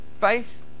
faith